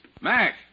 Mac